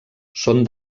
són